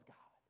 God